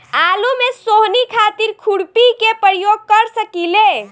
आलू में सोहनी खातिर खुरपी के प्रयोग कर सकीले?